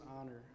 honor